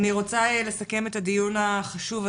אני רוצה לסכם את הדיון החשוב הזה,